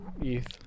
youth